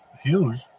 huge